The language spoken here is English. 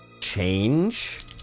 Change